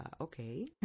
okay